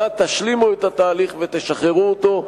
נא השלימו את התהליך ושחררו אותו.